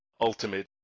ultimate